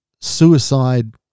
suicide